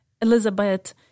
Elizabeth